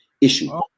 issue